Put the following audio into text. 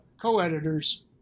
co-editors